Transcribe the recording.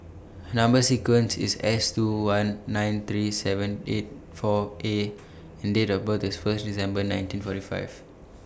Number sequence IS S two one nine three seven eight four A and Date of birth IS First December nineteen forty five